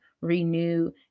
renew